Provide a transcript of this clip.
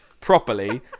properly